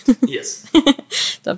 yes